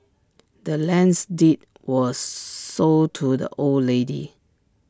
the land's deed was sold to the old lady